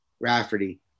Rafferty